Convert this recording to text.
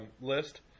list